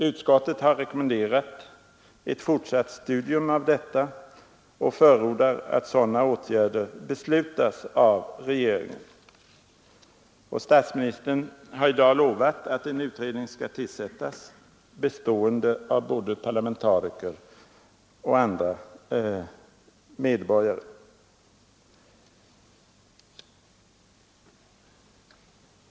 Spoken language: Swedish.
Utskottet har rekommenderat ett fortsatt studium av detta och förordar att sådana åtgärder beslutas av regeringen. Statsministern har i dag lovat att en utredning skall tillsättas, bestående av både parlamentariker och andra medborgare.